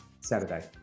Saturday